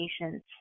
patients